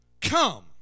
come